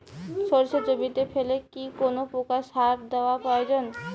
সর্ষে জমিতে ফেলে কি কোন প্রকার সার দেওয়া প্রয়োজন?